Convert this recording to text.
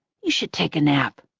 you should take a nap.